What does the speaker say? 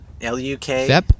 L-U-K